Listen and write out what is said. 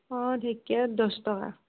অঁ ঢেকিয়া দহ টকা